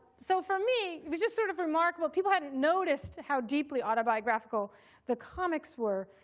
so for me, it just sort of remarkable people hadn't noticed how deeply autobiographical the comics were.